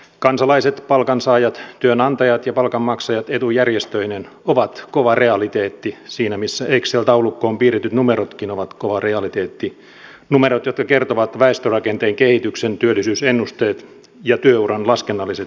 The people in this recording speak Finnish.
kansalaiset palkansaajat työnantajat ja palkanmaksajat etujärjestöineen ovat kova realiteetti siinä missä excel taulukkoon piirretyt numerotkin ovat kova realiteetti numerot jotka kertovat väestörakenteen kehityksen työllisyysennusteet ja työuran laskennalliset pituusarviot